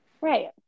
Right